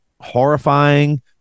horrifying